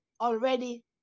already